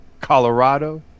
Colorado